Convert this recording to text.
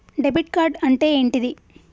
Debit card అంటే ఏంటిది?